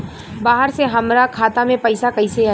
बाहर से हमरा खाता में पैसा कैसे आई?